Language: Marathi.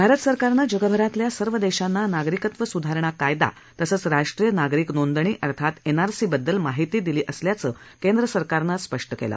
भारत सरकारनं जगभरातल्या सर्व देशांना नागरिकत्व स्धारणा कायदा तसंच राष्ट्रीय नागरिक नोंदणी अर्थात एन आर सी बद्दल माहिती दिली असल्याचं केंद्र सरकारनं आज स्पष्ट केलं